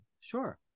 Sure